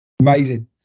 Amazing